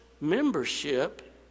membership